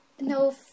no